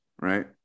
right